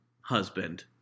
husband